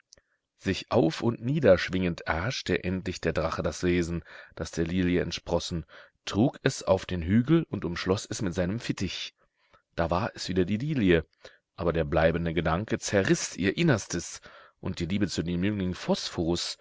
sich auf und niederschwingend erhaschte endlich der drache das wesen das der lilie entsprossen trug es auf den hügel und umschloß es mit seinem fittich da war es wieder die lilie aber der bleibende gedanke zerriß ihr innerstes und die liebe zu dem